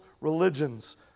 religions